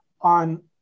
On